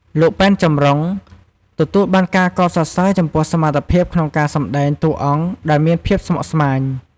លោក ប៉ែន ចំរុង ទទួលបានការកោតសរសើរចំពោះសមត្ថភាពក្នុងការសម្ដែងតួអង្គដែលមានភាពស្មុគស្មាញ។